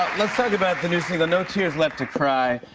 let's talk about the new single, no tears left to cry.